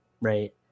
right